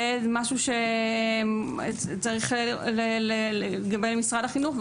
זה משהו שצריך לדבר עם משרד החינוך,